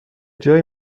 جایی